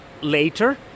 later